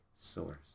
source